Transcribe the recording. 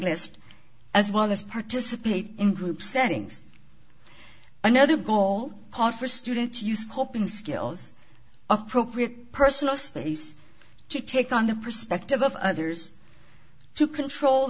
checklist as well as participate in group settings another goal call for student to use coping skills appropriate personal space to take on the perspective of others to control